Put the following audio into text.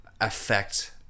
affect